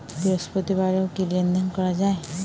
বৃহস্পতিবারেও কি লেনদেন করা যায়?